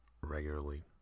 regularly